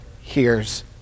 hears